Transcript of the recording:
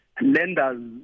Lenders